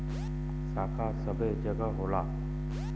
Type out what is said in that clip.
शाखा सबै जगह होला